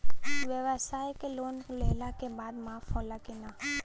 ब्यवसाय के लोन लेहला के बाद माफ़ होला की ना?